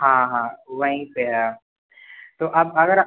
हाँ हाँ वहीं पर है तो आप अगर